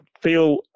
feel